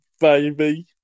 Baby